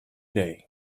day